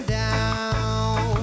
down